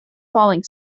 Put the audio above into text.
falling